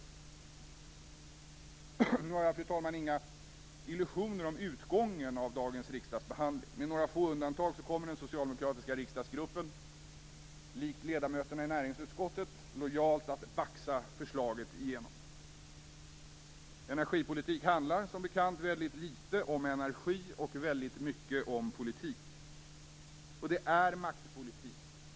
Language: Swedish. Nu har jag, fru talman, inga illusioner om utgången av dagens riksdagsbehandling. Med några få undantag kommer den socialdemokratiska riksdagsgruppen likt ledamöterna i näringsutskottet lojalt att baxa igenom förslaget. Energipolitik handlar som bekant väldigt litet om energi och väldigt mycket om politik. Det är maktpolitik.